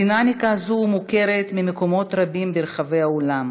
הדינמיקה הזו מוכרת ממקומות רבים ברחבי העולם.